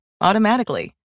automatically